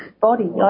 body